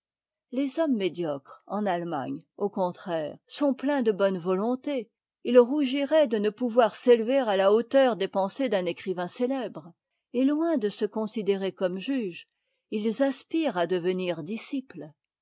les hommes médiocres en allemagne au contraire sont pleins de bonne volonté ils rougiraient de ne pouvoir s'élever à la hauteur des pensées d'un écrivain célèbre et loin de se considérer comme juges ils aspirent à devenir disciples